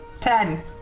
Ten